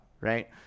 right